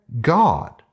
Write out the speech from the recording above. God